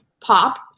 pop